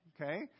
Okay